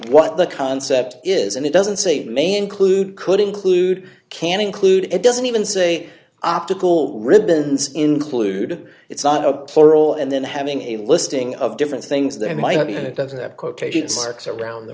what the concept is and it doesn't say may include could include can include it doesn't even say optical ribbons include it's not a plural and then having a listing of different things there might be and it doesn't have quotation marks around the